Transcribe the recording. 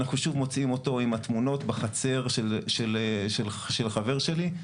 אנחנו שוב מוציאים אותו עם התמונות בחצר של חבר שלי,